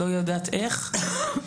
לא יודעת איך,